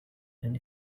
and